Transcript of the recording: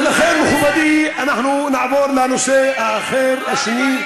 ולכן, מכובדי, אנחנו נעבור לנושא האחר, השני.